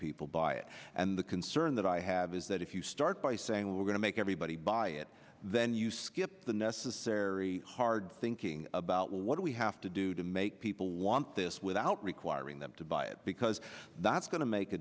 people buy it and the concern that i have is that if you start by saying we're going to make everybody buy it then you skip the necessary hard thinking about what do we have to do to make people want this without requiring them to buy it because that's going to make a